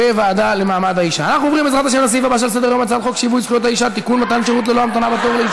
לוועדה לקידום מעמד האישה ולשוויון מגדרי נתקבלה.